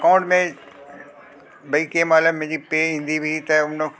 account में भई कंहिं महिल मुंहिंजी पे ईंदी हुई त उन